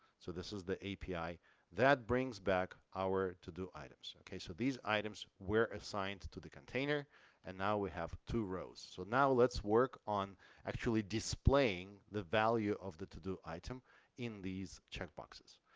so this is the api that brings back our to-do items. okay. so these items were assigned to the container and now we have two rows, so now let's work on actually displaying the value of the to-do item in these check boxes.